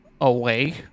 away